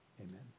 amen